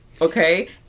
okay